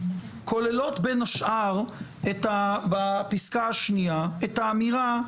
כוללות בין השאר בפסקה השנייה את האמירה,